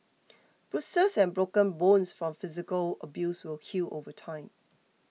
bruises and broken bones from physical abuse will heal over time